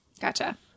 Gotcha